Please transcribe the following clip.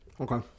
Okay